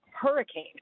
hurricane